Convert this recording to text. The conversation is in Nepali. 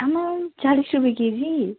आम्मामा चालिस रुपियाँ केजी